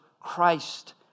Christ